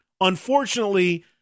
Unfortunately